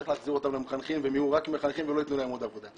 צריך להחזיר אותם למחנכים והם יהיו רק מחנכים ולא יתנו להם עוד עבודה.